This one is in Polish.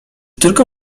tylko